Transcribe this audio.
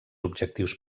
objectius